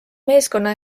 meeskonna